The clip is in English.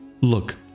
Look